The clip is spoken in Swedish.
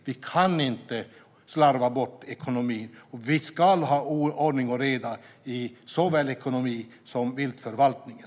Vi kan inte slarva bort ekonomin, och vi ska ha ordning och reda i såväl ekonomin som viltförvaltningen.